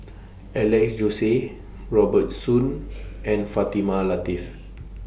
Alex Josey Robert Soon and Fatimah Lateef